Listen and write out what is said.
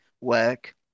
work